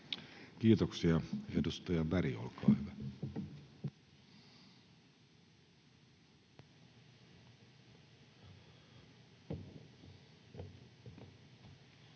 Kiitoksia. — Edustaja Berg, olkaa hyvä.